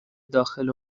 داخل